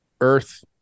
earth